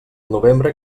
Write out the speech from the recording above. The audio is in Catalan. novembre